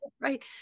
Right